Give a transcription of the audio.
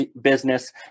business